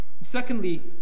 Secondly